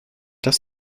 das